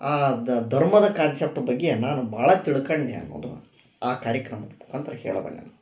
ಆ ಧರ್ಮದ ಕಾನ್ಸೆಪ್ಟ್ ಬಗ್ಗೆ ನಾನು ಭಾಳ ತಿಳ್ಕಣ್ಯ ಅನ್ನೋದು ಆ ಕಾರ್ಯಕ್ರಮದ ಮುಖಾಂತರ ಹೇಳಬಲ್ಲೆ ನಾನು